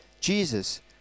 Jesus